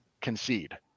concede